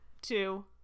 two